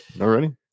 Already